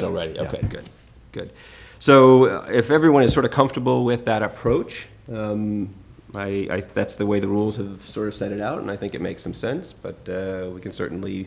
that already good so if everyone is sort of comfortable with that approach i that's the way the rules of sort of set it out and i think it makes some sense but we can certainly